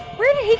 where did he